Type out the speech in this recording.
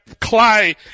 clay